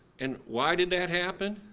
and why did that happen?